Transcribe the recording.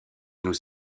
nous